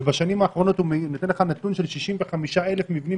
ובשנים האחרונות הוא נותן לך נתון של 65,000 מבנים בלתי חוקיים.